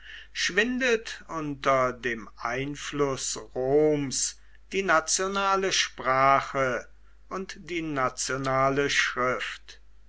schwindet unter dem einfluß roms die nationale sprache und die nationale schrift